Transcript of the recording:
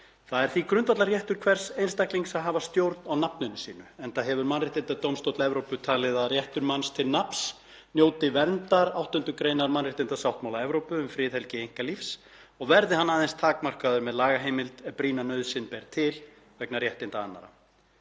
Það er því grundvallarréttur hvers einstaklings að hafa stjórn á nafninu sínu enda hefur Mannréttindadómstóll Evrópu talið að réttur manns til nafns njóti verndar 8. gr. mannréttindasáttmála Evrópu um friðhelgi einkalífs og verði hann aðeins takmarkaður með lagaheimild ef brýna nauðsyn ber til vegna réttinda annarra.